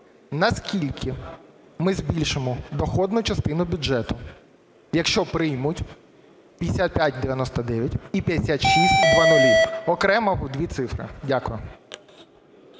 на скільки ми збільшимо доходну частину бюджету, якщо приймуть 5599 і 5600? Окремо або дві цифри. Дякую.